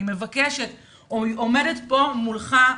אני עומדת פה מולך,